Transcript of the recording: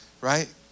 right